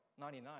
99